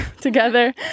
together